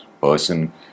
person